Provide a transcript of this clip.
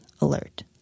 alert